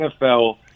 NFL